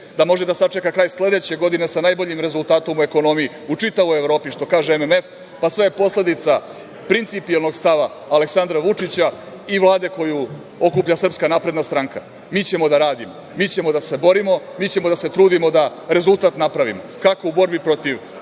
da može da sačeka kraj sledeće godine sa najboljim rezultatom u ekonomiji u čitavoj Evropi, što kaže MMF. Pa sve je posledica principijelnog stava Aleksandra Vučića i Vlade koju okuplja SNS. Mi ćemo da radimo. Mi ćemo da se borimo, mi ćemo da se trudimo da rezultat napravimo kako u borbi sa